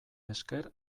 esker